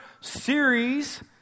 series